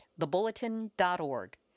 thebulletin.org